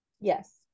yes